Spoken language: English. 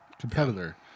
competitor